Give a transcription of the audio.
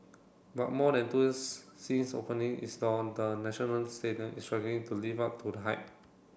but more than two years since opening its door the National Stadium is struggling to live up to the hype